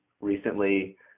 recently